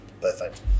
Perfect